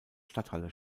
stadthalle